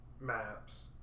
maps